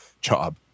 job